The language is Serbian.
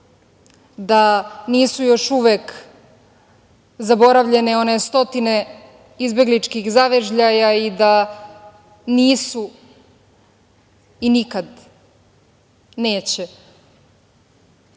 da nisu još uvek zaboravljene one stotine izbegličkih zavežljaja i da nisu i nikad neće